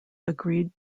agreed